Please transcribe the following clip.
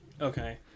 okay